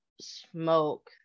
smoke